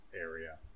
area